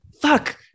fuck